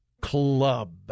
Club